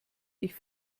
dich